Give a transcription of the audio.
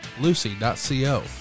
lucy.co